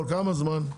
כל כמה זמן?